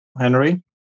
Henry